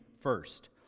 first